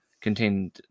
contained